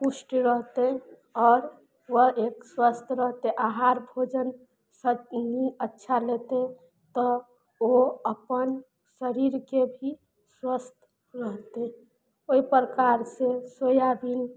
पुष्ट रहतइ आओर व एक स्वस्थ रहतइ आहार भोजन सब अच्छा लेतय तऽ ओ अपन शरीरके भी स्वस्थ रहतइ ओइ प्रकारसँ सोयाबीन